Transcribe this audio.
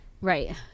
Right